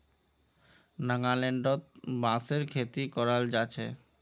नागालैंडत बांसेर खेती कराल जा छे